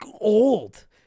old